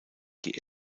die